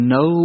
no